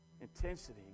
intensity